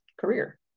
career